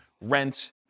rent